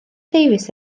davies